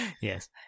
Yes